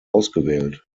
ausgewählt